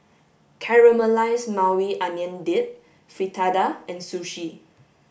caramelized maui onion dip fritada and sushi